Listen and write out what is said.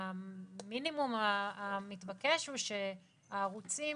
המינימום המתבקש הוא שהערוצים